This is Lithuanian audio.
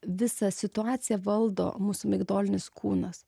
visą situaciją valdo mūsų migdolinis kūnas